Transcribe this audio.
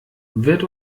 wird